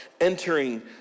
entering